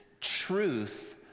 truth